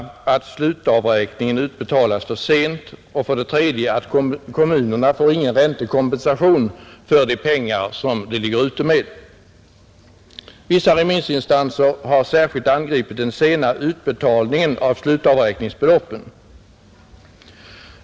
Kommunerna får inte någon räntekompensation för de pengar som de ligger ute med. Vissa remissinstanser har särskilt angripit den sena utbetalningen av slutavräkningsbeloppen.